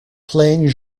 playing